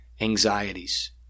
anxieties